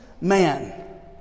man